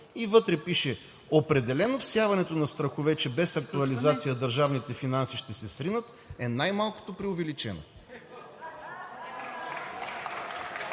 и вътре пише: „Определено всяването на страхове, че без актуализация държавните финанси ще се сринат, е най-малкото преувеличено.“